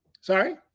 Sorry